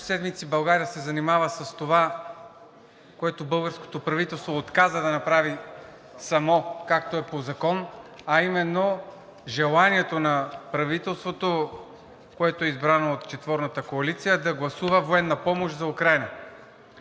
седмици България се занимава с това, което българското правителство отказа да направи самò, както е по закон, а именно желанието на правителството, което е избрано от четворната коалиция, да гласува военна помощ за Украйна.